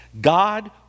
God